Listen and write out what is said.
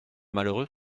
malheureux